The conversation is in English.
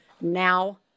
Now